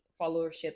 followership